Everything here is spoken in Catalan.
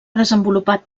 desenvolupat